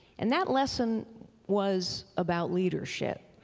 and that lesson was about leadership.